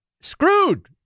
screwed